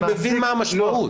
אני מבין מה המשמעות.